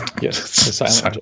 Yes